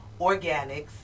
Organics